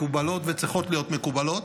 מקובלות וצריכות להיות מקובלות.